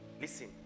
listen